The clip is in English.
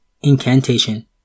Incantation